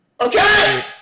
Okay